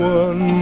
one